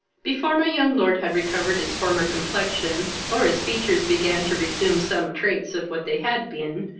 before my young lord had recovered his former complexion, or his features began to reassume some traits of what they had been,